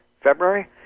February